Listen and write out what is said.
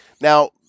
Now